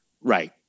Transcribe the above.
Right